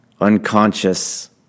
unconscious